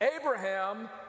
Abraham